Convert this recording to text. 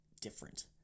different